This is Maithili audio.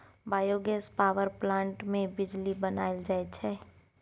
बायोगैस पावर पलांट मे बिजली बनाएल जाई छै